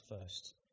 first